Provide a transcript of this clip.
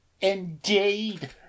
Indeed